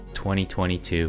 2022